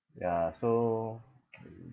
ya so